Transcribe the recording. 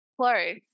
Close